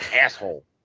Asshole